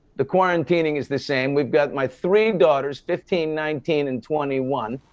the quarantining is the same. we've got my three daughters, fifteen, nineteen and twenty one,